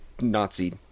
nazi